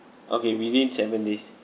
okay within seven days